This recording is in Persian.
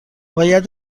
باید